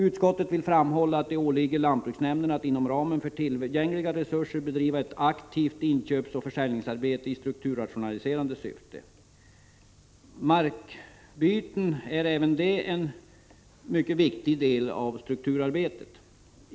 Utskottet framhåller att det åligger lantbruksnämnderna att inom ramen för tillgängliga resurser bedriva ett aktivt inköpsoch försäljningsarbete i strukturrationaliserande syfte. Markbyten är också en mycket viktig del av strukturarbetet.